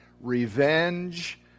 revenge